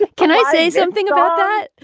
can i say something about that?